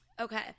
Okay